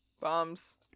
Bombs